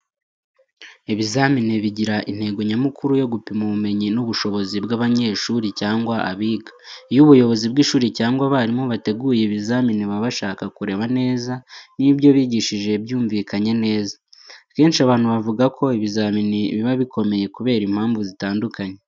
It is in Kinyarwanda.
Ibizamini bigira intego nyamukuru yo gupima ubumenyi n’ubushobozi bw’abanyeshuri cyangwa abiga. Iyo ubuyobozi bw’ishuri cyangwa abarimu bateguye ibizamini, baba bashaka kureba neza niba ibyo bigishije byumvikanye neza. Akenshi abantu bavuga ko ibizamini biba bikomeye kubera impamvu zitandukanye.